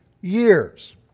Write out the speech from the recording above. years